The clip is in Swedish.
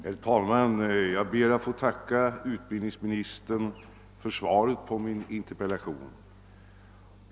Herr talman! Jag ber att få tacka utbildningsministern för svaret på min interpellation.